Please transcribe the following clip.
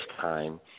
time